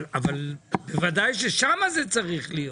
אבל ודאי ששם זה צריך להיות.